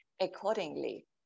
accordingly